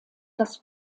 das